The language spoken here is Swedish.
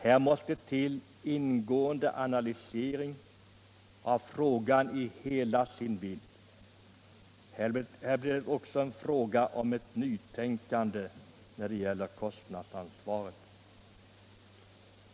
Här måste till en ingående analys av frågan i hela dess vidd på grund av detta nytänkande när det gäller kostnadsansvaret.